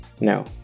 No